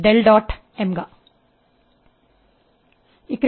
H